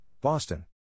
Boston